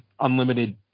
unlimited